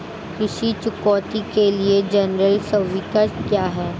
ऋण चुकौती के लिए जनरल प्रविष्टि क्या है?